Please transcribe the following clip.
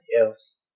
else